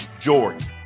Jordan